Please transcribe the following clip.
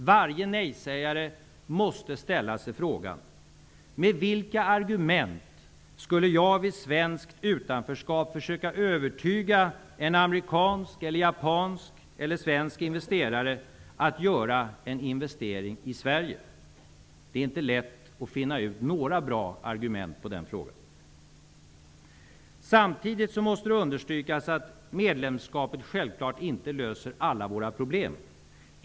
Varje nej-sägare måste ställa sig frågan: Med vilka argument skulle jag vid svenskt utanförskap försöka övertyga en amerikansk, japansk eller svensk investerare att göra en investering i Sverige? Det är inte lätt att finna ut några bra argument för det. Samtidigt måste det understrykas att medlemskapet självfallet inte löser alla våra problem.